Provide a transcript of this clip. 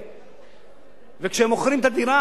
וכשהם מוכרים את הדירה לפי חוקים בארץ,